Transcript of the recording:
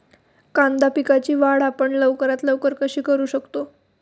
कांदा पिकाची वाढ आपण लवकरात लवकर कशी करू शकतो?